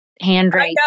handwrite